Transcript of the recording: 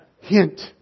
Hint